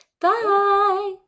Bye